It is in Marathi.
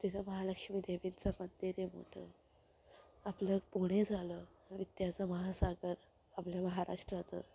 तिथे महालक्ष्मी देवींचं मंदिर आहे मोठं आपलं पुणे झालं विद्याचा महासागर आपल्या महाराष्ट्राचं